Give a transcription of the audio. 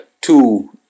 two